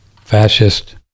fascist